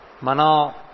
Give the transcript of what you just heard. Mano